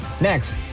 Next